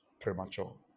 premature